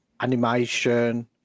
animation